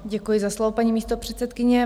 Děkuji za slovo, paní místopředsedkyně.